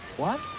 what?